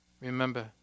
remember